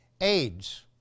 AIDS